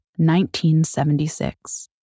1976